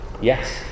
Yes